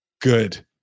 good